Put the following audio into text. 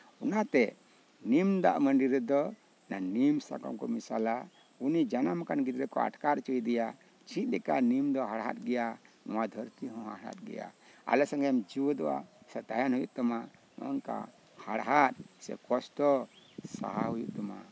ᱚᱱᱟᱛᱮ ᱱᱤᱢ ᱫᱟᱜ ᱢᱟᱹᱰᱤ ᱨᱮᱫᱚ ᱱᱤᱢ ᱥᱟᱠᱟᱢ ᱠᱚ ᱢᱮᱥᱟᱞᱟ ᱩᱱᱤ ᱡᱟᱱᱟᱢ ᱟᱠᱟᱱ ᱜᱤᱫᱽᱨᱟᱹ ᱠᱚ ᱟᱴᱠᱟᱨ ᱦᱚᱪᱚ ᱮᱭᱟ ᱪᱮᱫ ᱞᱮᱠᱟ ᱱᱤᱢ ᱫᱚ ᱦᱟᱲᱦᱟᱫ ᱜᱮᱭᱟ ᱱᱚᱣᱟ ᱫᱷᱟᱹᱨᱛᱤ ᱦᱚᱸ ᱦᱟᱲᱦᱟᱫ ᱜᱮᱭᱟ ᱟᱞᱮ ᱥᱚᱝᱜᱮᱢ ᱪᱷᱩᱣᱟᱹᱛᱚᱜᱼᱟ ᱥᱮ ᱛᱟᱦᱮᱱ ᱦᱩᱭᱩᱜ ᱛᱟᱢᱟ ᱦᱟᱲᱦᱟᱫ ᱥᱮ ᱠᱚᱥᱴᱚ ᱥᱟᱦᱟᱣ ᱦᱩᱭᱩᱜ ᱛᱟᱢᱟ